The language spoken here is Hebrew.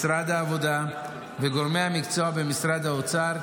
משרד העבודה וגורמי המקצוע במשרד האוצר,